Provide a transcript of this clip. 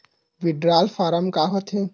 Withdrawal form का होथे?